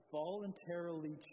voluntarily